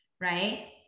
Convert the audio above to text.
right